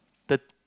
third